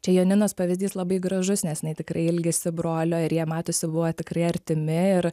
čia janinos pavyzdys labai gražus nes tikrai ilgisi brolio ir jie matosi buvo tikrai artimi ir